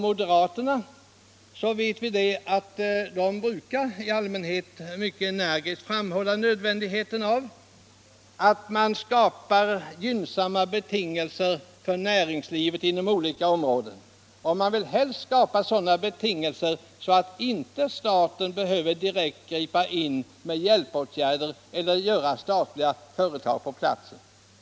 Moderaterna brukar mycket energiskt framhålla nödvändigheten att man skapar gynnsamma betingelser för näringslivet inom olika områden. De vill helst att betingelserna skall vara sådana att staten inte behöver ingripa med hjälpåtgärder eller etablering av statliga företag på orten.